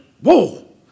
whoa